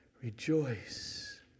Rejoice